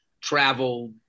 travel